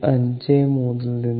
53 ൽ നിന്ന്